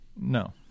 No